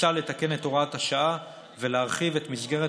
מוצע לתקן את הוראת השעה ולהרחיב את מסגרת